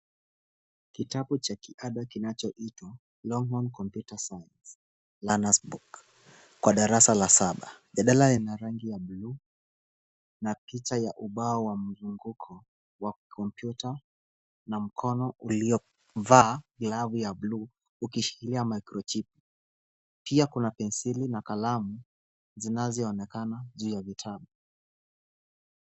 Kitabu cha kiada kinachoitwa Longhorn Computer Science learner's book kwa darasa la saba. Jadala ina rangi ya buluu na picha ya ubao wa mzunguko wa kompyuta na mkono uliovaa glavu ya buluu ukishikilia microchipu . Pia kuna penseli na kalamu zinazoonekana juu ya kitabu.